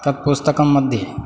तत् पुस्तकं मध्ये